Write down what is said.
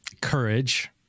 courage